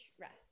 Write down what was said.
rest